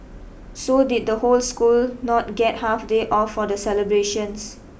so did the whole school not get half day off for the celebrations